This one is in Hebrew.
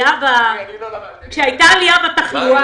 כשהייתה עלייה בתחלואה,